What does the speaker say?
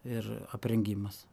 ir aprengimas